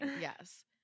Yes